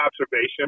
observation